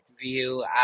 view